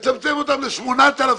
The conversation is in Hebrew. ל-8,000,